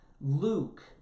Luke